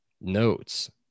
notes